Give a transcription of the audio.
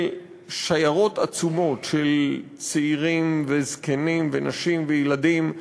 שיירות עצומות של צעירים וזקנים ונשים וילדים,